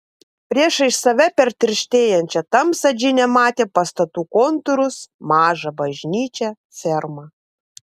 priešais save per tirštėjančią tamsą džinė matė pastatų kontūrus mažą bažnyčią fermą